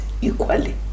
equally